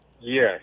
Yes